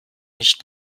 nicht